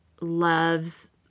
loves